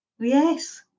Yes